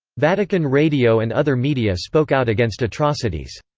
vatican radio and other media spoke out against atrocities.